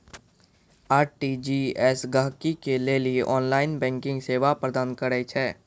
RTGS गहकि के लेली ऑनलाइन बैंकिंग सेवा प्रदान करै छै